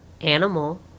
Animal